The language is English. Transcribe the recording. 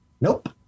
nope